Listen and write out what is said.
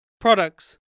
Products